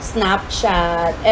Snapchat